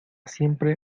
siempre